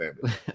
family